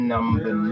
Number